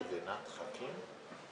שלום וברכה, אתה שומע אותי הפעם?